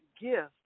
gift